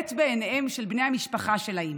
הבט בעיני בני המשפחה שלהם.